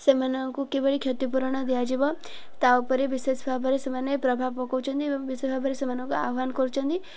ସେମାନଙ୍କୁ କିଭଳି କ୍ଷତିପୂରଣ ଦିଆଯିବ ତା ଉପରେ ବିଶେଷ ଭାବରେ ସେମାନେ ପ୍ରଭାବ ପକାଉଛନ୍ତି ଏବଂ ବିଶେଷ ଭାବରେ ସେମାନଙ୍କୁ ଆହ୍ୱାନ କରୁଛନ୍ତି